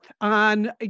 on